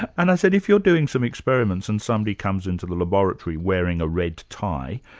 and i said, if you're doing some experiments and somebody comes into the laboratory wearing a red tie,